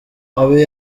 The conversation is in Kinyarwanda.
abe